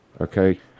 Okay